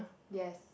yes